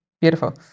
Beautiful